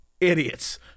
idiots